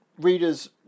readers